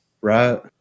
Right